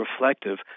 reflective